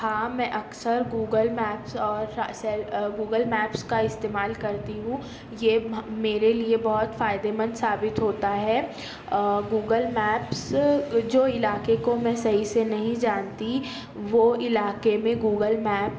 ہاں میں اکثر گوگل میپس اور راسل گوگل میپس کا استعمال کرتی ہوں یہ میرے لیے بہت فائدے مند ثابت ہوتا ہے گوگل میپس جو علاقے کو میں صحیح سے نہیں جانتی وہ علاقے میں گوگل میپ